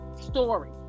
story